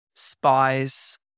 spies